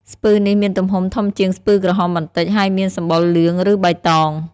ស្ពឺនេះមានទំហំធំជាងស្ពឺក្រហមបន្តិច ហើយមានសម្បុរលឿង ឬបៃតង។